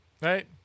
Right